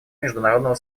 международного